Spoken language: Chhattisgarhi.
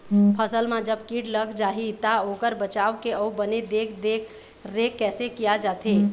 फसल मा जब कीट लग जाही ता ओकर बचाव के अउ बने देख देख रेख कैसे किया जाथे?